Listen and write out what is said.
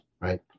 right